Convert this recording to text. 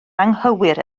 anghywir